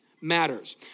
matters